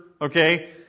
okay